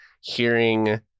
hearing